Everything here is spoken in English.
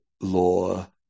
law